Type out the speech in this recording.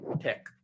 Tech